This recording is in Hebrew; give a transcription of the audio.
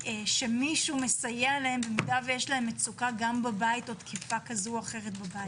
שמישהו מסייע להם אם יש להם מצוקה בבית או תקיפה כזו או אחרת בבית.